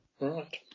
Right